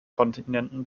kontinenten